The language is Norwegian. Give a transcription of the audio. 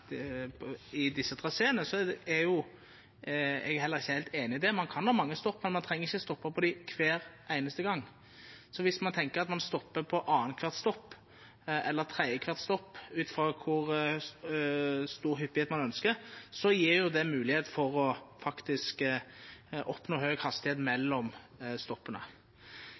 desse traseane: Det er eg ikkje heilt einig i. Ein kan ha mange stopp, men ein treng ikkje stoppa på dei kvar einaste gong. Dersom ein tenkjer at ein stoppar på annankvart eller tredjekvart stopp, ut frå kor hyppig ein ønskjer det skal vere, gjev det moglegheit for faktisk å oppnå høg hastigheit mellom